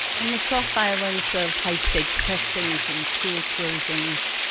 and the soft violence of high stakes testings, and school closings,